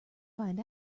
find